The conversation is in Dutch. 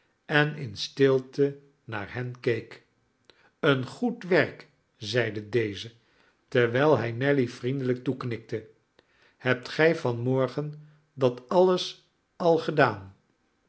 en in stilte naar hen keek een goed werk zeide deze terwijl hij nelly vriendelijk toeknikte hebt gij van morgen dat alles al gedaan